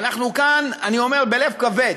ואנחנו כאן, אני אומר בלב כבד,